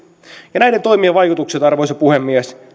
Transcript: ja näiden toimien vaikutukset arvoisa puhemies